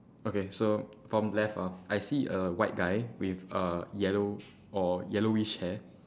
okay so top left ah I see a white guy with uh yellow or yellowish hair